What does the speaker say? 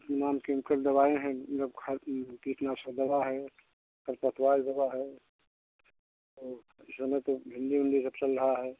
none chemical दवाएँ हैं मतलब खाद कीटनाशक दवा है खर पतवार की दवा है और इस समय तो भिंडी उंडी सब चल रहा है